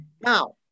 Now